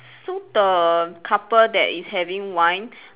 so the couple that is having wine